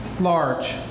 Large